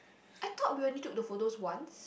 I thought we will need to took the photo once